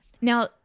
Now